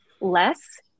less